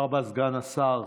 תודה רבה, סגן השר.